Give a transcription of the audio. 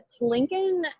Lincoln